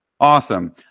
awesome